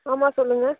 ஆமாம் சொல்லுங்க